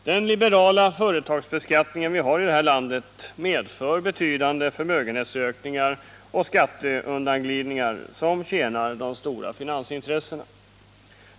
Den liberala företagsbeskattning vi har i det här landet medför betydande förmögenhetsökningar och skatteundanglidningar som tjänar de stora finansintressena.